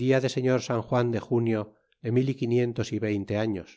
dia de señor san juan de junio de mil y quinientos y veinte años